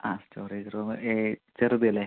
ആ storage room ഈ ചെറുത് അല്ലേ